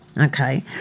okay